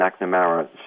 McNamara